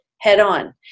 head-on